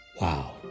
wow